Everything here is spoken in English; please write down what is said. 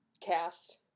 Cast